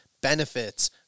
benefits